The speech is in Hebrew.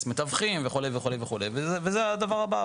מתווכים וכו' וכו' וכו' וזה הדבר הבא,